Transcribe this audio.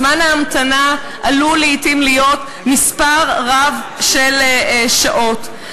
זמן ההמתנה עלול לעתים להיות מספר רב של שעות.